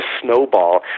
snowball